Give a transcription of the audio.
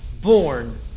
born